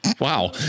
Wow